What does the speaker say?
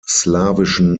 slawischen